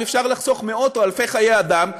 ואם אפשר לחסוך מאות או אלפי חיי אדם,